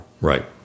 Right